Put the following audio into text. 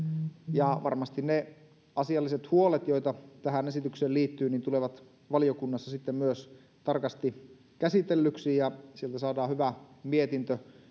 ja ne asialliset huolet joita tähän esitykseen liittyy tulevat valiokunnassa varmasti sitten myös tarkasti käsitellyiksi ja sieltä saadaan hyvä mietintö